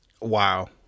Wow